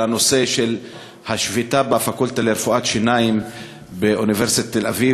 על נושא השביתה בפקולטה לרפואת שיניים באוניברסיטת תל-אביב.